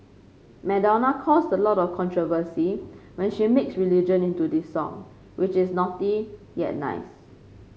Madonna caused a lot of controversy when she mixed religion into this song which is naughty yet nice